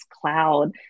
cloud